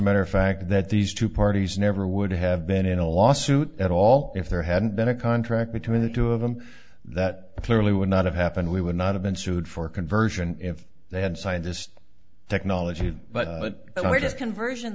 matter of fact that these two parties never would have been in a lawsuit at all if there hadn't been a contract between the two of them that clearly would not have happened we would not have been sued for conversion if they had signed this technology but they were just conversion